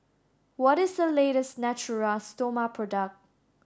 what is the latest Natura Stoma product